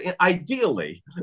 ideally